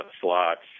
slots